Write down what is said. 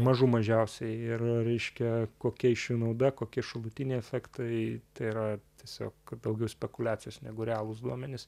mažų mažiausiai ir reiškia kokia iš jų nauda kokie šalutiniai efektai tai yra tiesiog daugiau spekuliacijos negu realūs duomenys